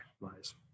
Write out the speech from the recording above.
lies